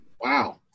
Wow